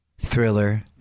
Thriller